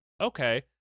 okay